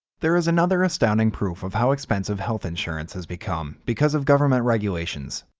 there is another astounding proof of how expensive health insurance has become because of government regulations.